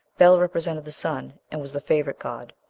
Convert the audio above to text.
bel represented the sun, and was the favorite god.